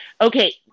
okay